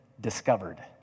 discovered